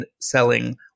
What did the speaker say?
selling